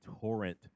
torrent